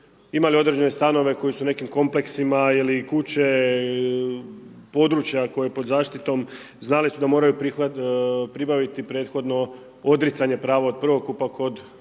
imali određene stanove, koji su nekim kompleksima ili kuće, područja koja pod zaštitom, znali su da moraju pribaviti prethodno odricanje prava od prvokupa kod prodaje